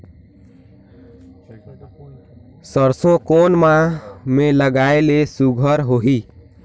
सरसो कोन माह मे लगाय ले सुघ्घर होही?